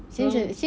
now